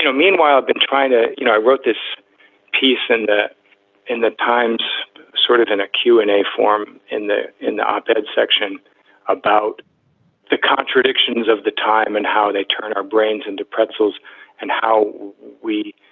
you know meanwhile, i've been trying to you know, i wrote this piece in the in the times sort of in a q and a form in there in the op ed section about the contradictions of the time and how they turn our brains into pretzels and how we.